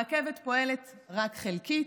הרכבת פועלת רק חלקית.